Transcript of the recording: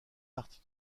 partie